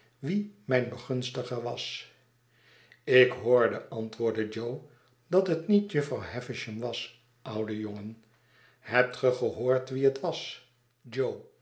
wie mijn begunstiger was ik hoorde antwoordde jo dat het niet jufvrouw havisham was oude jongen hebt ge gehoord wie het was jo